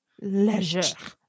Leisure